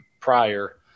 prior